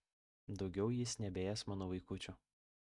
daugiau jis nebeės mano vaikučių